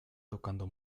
tocando